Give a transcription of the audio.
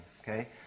okay